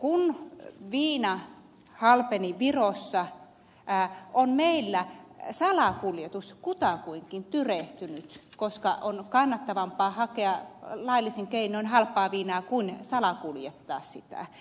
kun viina halpeni virossa on meillä salakuljetus kutakuinkin tyrehtynyt koska on kannattavampaa hakea laillisin keinoin halpaa viinaa kuin salakuljettaa sitä